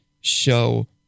show